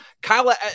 Kyla